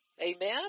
Amen